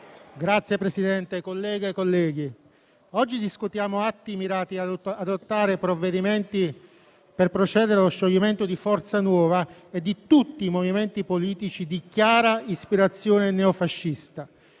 Signor Presidente, colleghe e colleghi, oggi discutiamo atti mirati ad adottare provvedimenti per procedere allo scioglimento di Forza Nuova e di tutti i movimenti politici di chiara ispirazione neofascista,